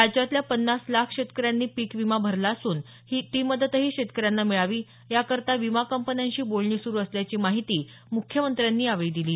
राज्यातल्या पन्नास लाख शेतकऱ्यांनी पीक विमा भरला असून ती मदतही शेतकऱ्यांना मिळावी याकरता विमा कंपन्यांशी बोलणी सुरू असल्याची माहिती मुख्यमंत्र्यांनी यावेळी दिली